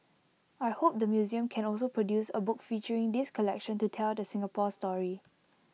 I hope the museum can also produce A book featuring this collection to tell the Singapore story